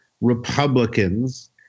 Republicans